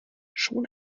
schon